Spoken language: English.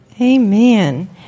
Amen